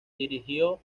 dirigió